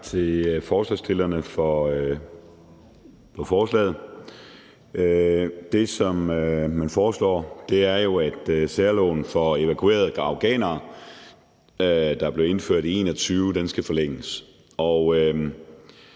til forslagsstillerne for forslaget. Det, som man foreslår, er jo, at særloven for evakuerede afghanere, der blev indført i 2021, skal forlænges.